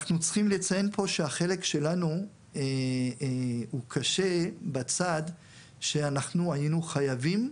אנחנו צריכים לציין פה שהחלק שלנו הוא קשה בצד שאנחנו היינו חייבים